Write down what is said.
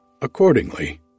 Accordingly